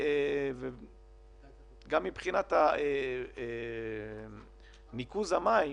גם מבחינת ניקוז המים,